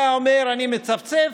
אתה אומר: אני מצפצף,